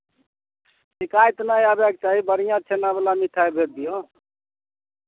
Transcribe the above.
शिकायत नहि आबयके चाही बढ़िआँ छेनावला मिठाइ भेज दियौ